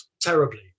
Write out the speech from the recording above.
terribly